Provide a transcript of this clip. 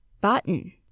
button